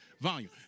Volume